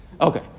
Okay